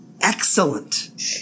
excellent